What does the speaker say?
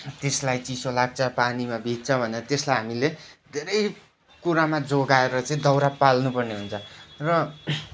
त्यसलाई चिसो लाग्छ पानीमा भिज्छ भनेर त्यसलाई हामीले धेरै कुरामा जोगाएर चाहिँ दाउरा बाल्नुपर्ने हुन्छ र